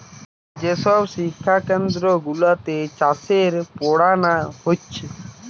যে সব শিক্ষা কেন্দ্র গুলাতে চাষের পোড়ানা হচ্ছে